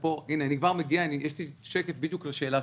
הנה, אני כבר מגיע, יש לי שקף שעונה בדיוק לשאלה